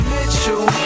Mitchell